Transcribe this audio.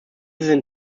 sind